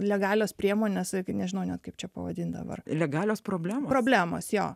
legalios priemonės irgi nežinau kaip čia pavadinti dabar legalios problemų problemos jo